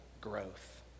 growth